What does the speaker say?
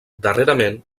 darrerament